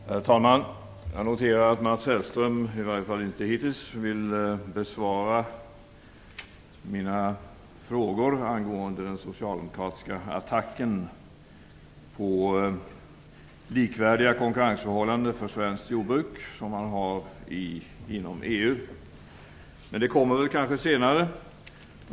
Herr talman! Jag noterar att Mats Hellström, i varje fall inte hittills, velat besvara mina frågor angående den socialdemokratiska attacken på med EU likvärdiga konkurrensförhållanden för svenskt jordbruk. Men det kommer kanske ett besked senare.